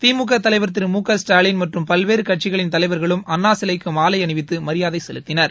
திமுக தலைவா் திரு மு க ஸ்டாலின் மற்றும் பல்வேறு கட்சிகளின் தலைவா்களும் அண்ணா சிலைக்கு மாலை அணிவித்து மரியாதை செலுத்தினர்